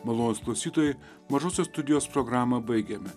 malonūs klausytojai mažosios studijos programą baigėme